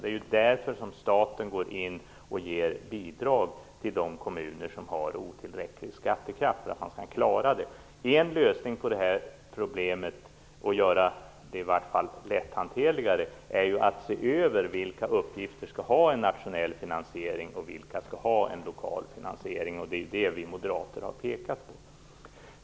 Det är därför staten går in och ger bidrag till de kommuner som har otillräcklig skattekraft, för att de skall klara sig. En lösning på det här problemet, eller i vart fall något som skulle göra det lätthanterligare, är att se över vilka uppgifter skall ha en nationell finansiering och vilka skall ha en lokal finansiering. Det är det vi moderater har pekat på.